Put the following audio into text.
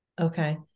okay